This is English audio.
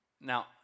Now